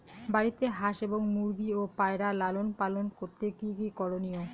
বাড়িতে হাঁস এবং মুরগি ও পায়রা লালন পালন করতে কী কী করণীয়?